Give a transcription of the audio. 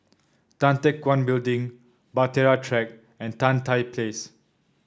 Tan Teck Guan Building Bahtera Track and Tan Tye Place